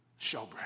showbread